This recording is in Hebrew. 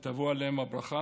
ותבוא עליהם הברכה,